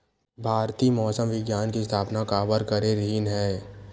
भारती मौसम विज्ञान के स्थापना काबर करे रहीन है?